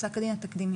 פסק הדין התקדימי.